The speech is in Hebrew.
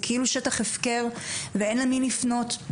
זה כאילו שטח הפקר ואין למי לפנות,